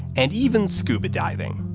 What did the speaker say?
and even scuba diving.